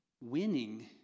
winning